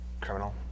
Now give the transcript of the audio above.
criminal